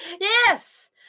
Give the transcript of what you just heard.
Yes